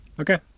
Okay